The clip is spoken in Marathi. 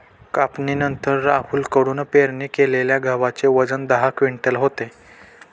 कापणीनंतर राहुल कडून पेरणी केलेल्या गव्हाचे वजन दहा क्विंटल होते